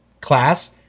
class